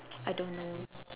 I don't know